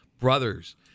brothers